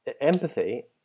empathy